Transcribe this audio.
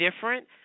different